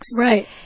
Right